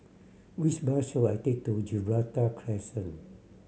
which bus should I take to Gibraltar Crescent